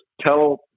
tell